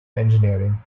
engineering